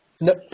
no